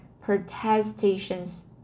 protestations